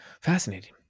Fascinating